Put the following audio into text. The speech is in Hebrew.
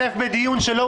תירוצים.